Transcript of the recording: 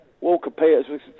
Walker-Peters